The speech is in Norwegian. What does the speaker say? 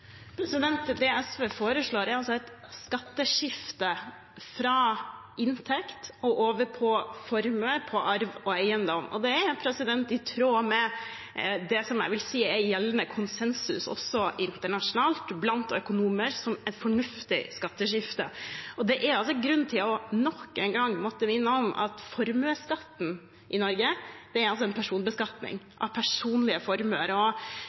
Det SV foreslår, er et skatteskifte, fra inntekt og over til formue, arv og eiendom. Det er i tråd med det som er gjeldende konsensus – også internasjonalt – blant økonomer og sett på som et fornuftig skatteskifte. Det er grunn til nok en gang å minne om at formuesskatten i Norge er en personbeskatning av personlig formue. Det er